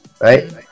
right